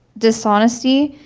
dishonesty,